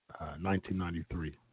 1993